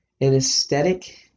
anesthetic